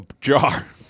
jar